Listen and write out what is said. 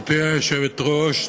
גברתי היושבת-ראש,